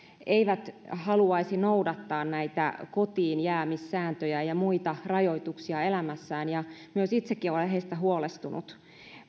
eivät haluaisi noudattaa näitä kotiinjäämissääntöjä ja muita rajoituksia elämässään ja myös itsekin olen heistä huolestunut